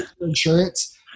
insurance